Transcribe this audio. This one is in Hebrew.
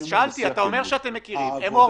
לא אמרתי לכם לממן,